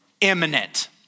imminent